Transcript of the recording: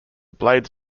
blades